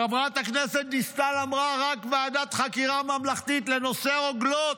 חברת הכנסת דיסטל אמרה: רק ועדת חקירה ממלכתית לנושא הרוגלות.